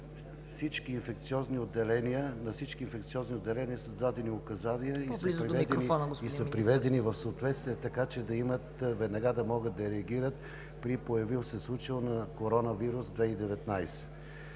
Уважаеми доктор Поповски, на всички инфекциозни отделения са дадени указания и са приведени в съответствие, така че веднага да могат да реагират при появил се случай на коронавирус 2019.